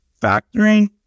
Factoring